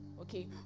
okay